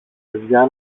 παιδιά